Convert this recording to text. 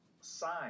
sign